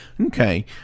Okay